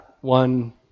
one